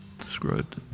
described